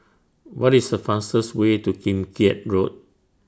What IS The fastest Way to Kim Keat Road